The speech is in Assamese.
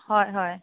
হয় হয়